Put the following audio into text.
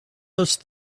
those